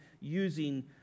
using